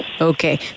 Okay